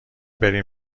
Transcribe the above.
بریم